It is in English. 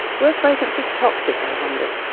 were fragrances toxic, i wondered,